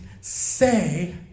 say